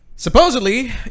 Supposedly